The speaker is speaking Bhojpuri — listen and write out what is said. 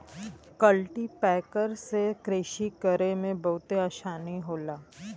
कल्टीपैकर से कृषि करे में बहुते आसानी होला